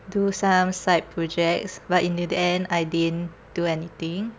do some side projects but in the end I didn't do anything